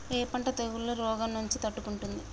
ఏ పంట తెగుళ్ల రోగం నుంచి తట్టుకుంటుంది?